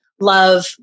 love